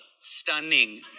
stunning